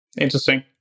Interesting